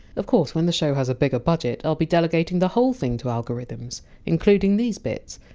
of course, when the show has a bigger budget, i! ll be delegating the whole thing to algorithms. including these bits.